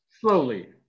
Slowly